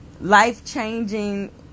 life-changing